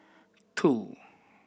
two